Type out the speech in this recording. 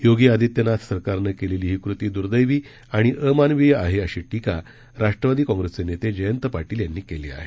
योगी आदित्यनाथ सरकारनं केलेली ही कृती दुर्देवी आणि अमानवीय आहे अशी टीका राष्ट्रवादी काँग्रेसचे नेते जयंत पाटील यांनी केली आहे